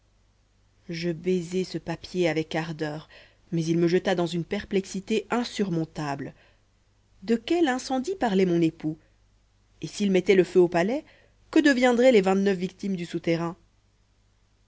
je baisai ce papier avec ardeur mais il me jeta dans une perplexité insurmontable de quel incendie parlait mon époux et s'il mettait le feu au palais que deviendraient les vingt-neuf victimes du souterrain